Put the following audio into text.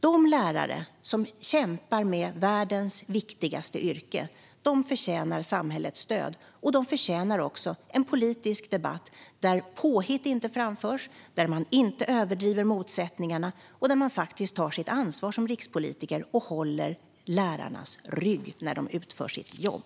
De lärare som kämpar med världens viktigaste yrke förtjänar samhällets stöd, och de förtjänar också en politisk debatt där påhitt inte framförs, där man inte överdriver motsättningarna och där man faktiskt tar sitt ansvar som rikspolitiker och håller lärarnas rygg när de utför sitt jobb.